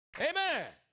Amen